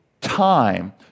time